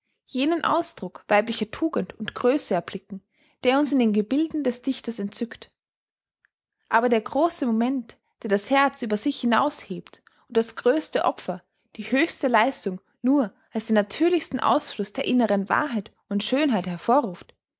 jenen ausdruck weiblicher tugend und größe erblicken der uns in den gebilden des dichters entzückt aber der große moment der das herz über sich hinaus hebt und das größte opfer die höchste leistung nur als den natürlichsten ausfluß der inneren wahrheit und schönheit hervorruft